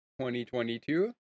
2022